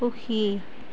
সুখী